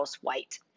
white